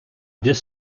this